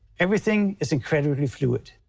everything is incredibly fluid.